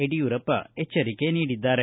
ಯಡಿಯೂರಪ್ಪ ಎಚ್ವರಿಕೆ ನೀಡಿದ್ದಾರೆ